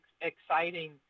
exciting